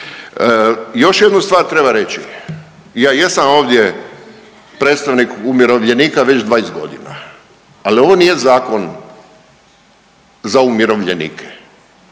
Još jednu stvar treba reći, ja jesam ovdje predstavnik umirovljenika već 20 godina, ali ovo nije zakon za umirovljenike